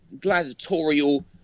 gladiatorial